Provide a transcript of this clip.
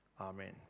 amen